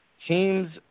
teams